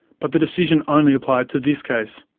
but the decision only applied to this case.